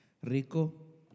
Rico